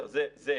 זה אחד.